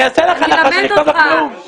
אני אעשה לך הנחה ואכתוב לך נאום.